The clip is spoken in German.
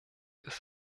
ist